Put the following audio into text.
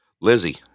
Lizzie